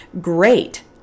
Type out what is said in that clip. great